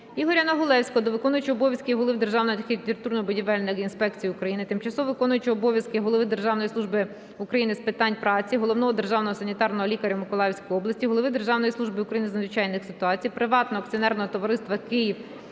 Ігоря Негулевського до виконувача обов'язків Голови Державної архітектурно-будівельної інспекції України, тимчасово виконуючого обов'язки Голови Державної служби України з питань праці, Головного державного санітарного лікаря Миколаївської області, Голови Державної служби України з надзвичайних ситуацій, Приватного акціонерного товариства